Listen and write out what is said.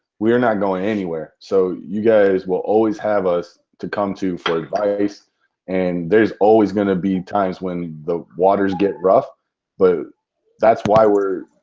we are not going anywhere. so you guys will always have us to come to for advice and there's always going to be times when the waters get rough but that's why we're.